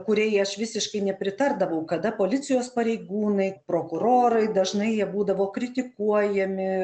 kuriai aš visiškai nepritardavau kada policijos pareigūnai prokurorai dažnai jie būdavo kritikuojami